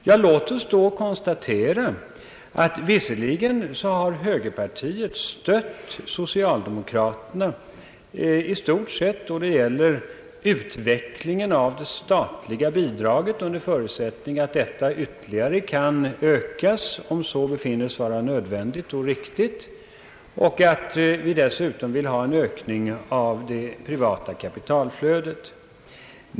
Ja, låt oss då konstatera att högerpartiet har i stort sett stött socialdemokraterna beträffande det statliga bidraget under förutsättning att detta ytterligare kan ökas om så befinnes nödvändigt och riktigt, och att vi dessutom vill ha en ökning av det privata kapitalflödet.